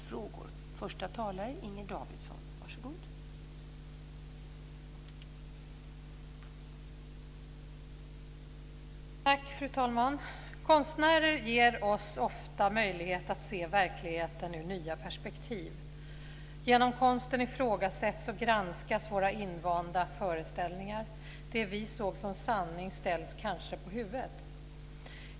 Fru talman! Konstnärer ger oss ofta möjlighet att se verkligheten ur nya perspektiv. Genom konsten ifrågasätts och granskas våra invanda föreställningar. Det vi såg som sanning ställs kanske på huvudet.